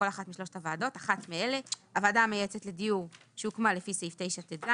אחת מאלה: הוועדה המייעצת לדיור שהוקמה לפי סעיף 9טז,